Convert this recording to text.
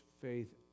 faith